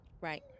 Right